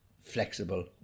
flexible